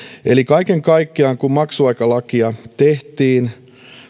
kaiken kaikkiaan kun maksuaikalakia tehtiin